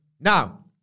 Now